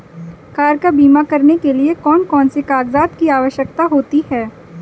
Car का बीमा करने के लिए कौन कौन से कागजात की आवश्यकता होती है?